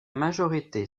majorité